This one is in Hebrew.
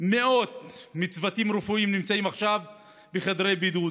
שמאות מהצוותים הרפואיים נמצאים עכשיו בחדרי בידוד.